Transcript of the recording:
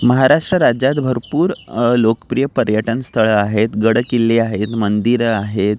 महाराष्ट्र राज्यात भरपूर लोकप्रिय पर्यटनस्थळं आहेत गडकिल्ले आहेत मंदिरं आहेत